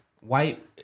White